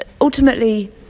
ultimately